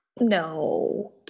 no